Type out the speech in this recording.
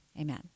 Amen